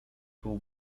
był